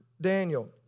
Daniel